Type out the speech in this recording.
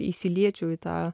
įsiliečiau į tą